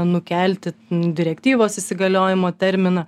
nukelti direktyvos įsigaliojimo terminą